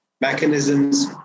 Mechanisms